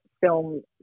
film